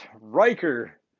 Riker